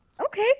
okay